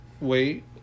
wait